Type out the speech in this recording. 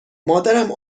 مادرم